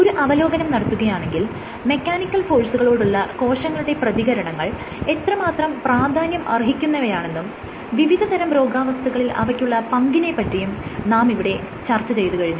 ഒരു അവലോകനം നടത്തുകയാണെങ്കിൽ മെക്കാനിക്കൽ ഫോഴ്സുകളോടുള്ള കോശങ്ങളുടെ പ്രതികരണങ്ങൾ എത്രമാത്രം പ്രാധാന്യം അർഹിക്കുന്നവയാണെന്നും വിവിധതരം രോഗാവസ്ഥകളിൽ അവയ്ക്കുള്ള പങ്കിനെ പറ്റിയും നാം ഇവിടെ ചർച്ച ചെയ്തു കഴിഞ്ഞു